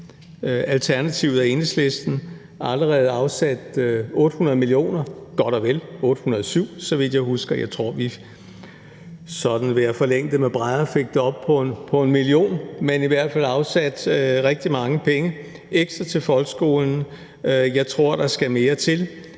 Alternativet og Enhedslisten allerede afsat 800 mio. kr., godt og vel – 807 mio. kr., så vidt jeg husker. Jeg tror, vi sådan ved at forlænge det med brædder fik det op på en milliard, men i hvert fald fik vi afsat rigtig mange penge ekstra til folkeskolen. Jeg tror, der skal mere til,